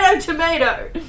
tomato